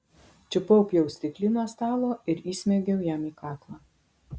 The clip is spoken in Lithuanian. čiupau pjaustiklį nuo stalo ir įsmeigiau jam į kaklą